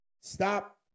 Stop